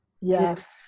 yes